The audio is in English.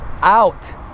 out